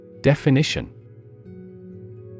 Definition